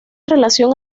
relación